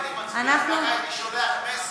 אם לא הייתי מצביע, ככה הייתי שולח מסר.